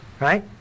Right